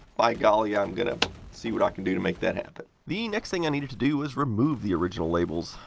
by golly i'm going to see what i can do to make that happen. the next thing i needed to do was remove the original labels.